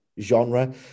genre